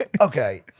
Okay